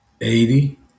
eighty